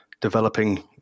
developing